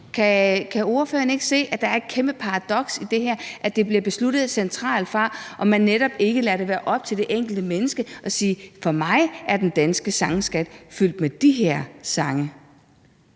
Kan ordføreren ikke se, at der er et kæmpe paradoks i det her, i forhold til at det bliver besluttet centralt fra, og at man netop ikke lader det være op til det enkelte menneske at sige: For mig er den danske sangskat fyldt med de her sange?